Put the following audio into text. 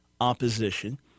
opposition